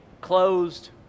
closed